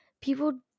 people